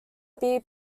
beer